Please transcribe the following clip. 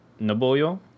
Naboyo